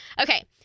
Okay